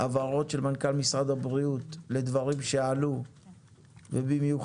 הבהרות של מנכ"ל משרד הבריאות לדברים שעלו ובמיוחד